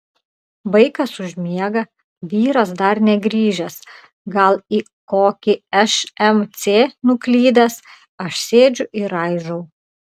vaikas užmiega vyras dar negrįžęs gal į kokį šmc nuklydęs aš sėdžiu ir raižau